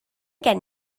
gen